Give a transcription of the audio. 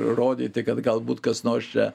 rodyti kad galbūt kas nors čia